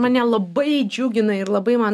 mane labai džiugina ir labai man